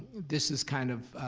this is kind of